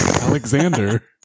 Alexander